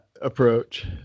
approach